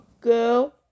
girl